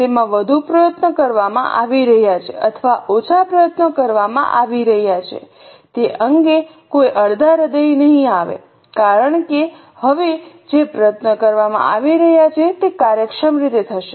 તેમાં વધુ પ્રયત્નો કરવામાં આવી રહ્યા છે અથવા ઓછા પ્રયત્નો કરવામાં આવી રહ્યા છે તે અંગે કોઈ અડધા હ્રદય નહીં આવે કારણ કે હવે જે પ્રયત્નો કરવામાં આવી રહ્યા છે તે કાર્યક્ષમ રીતે થશે